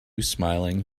smiling